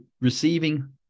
receiving